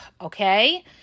Okay